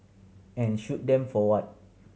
and shoot them for what